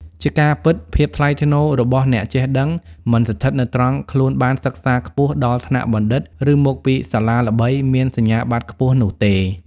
ជាការពិត ភាពថ្លៃថ្នូរ របស់អ្នកចេះដឹង មិនស្ថិតនៅត្រង់ខ្លួនបានសិក្សាខ្ពស់ ដល់ថ្នាក់បណ្ឌិត ឬមកពីសាលាល្បី មានសញ្ញាបត្រខ្ពស់ នោះទេ។